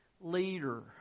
leader